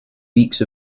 weeks